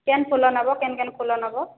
କେନ୍ ଫୁଲ ନେବ can can ଫୁଲ ନେବ